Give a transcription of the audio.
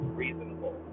reasonable